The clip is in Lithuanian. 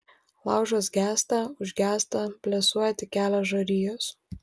laužas gęsta užgęsta blėsuoja tik kelios žarijos